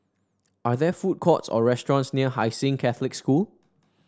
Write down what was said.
are there food courts or restaurants near Hai Sing Catholic School